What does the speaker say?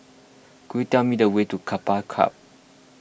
could you tell me the way to Keppel Club